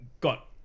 got